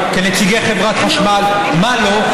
כנציגי חברת חשמל ומה לא?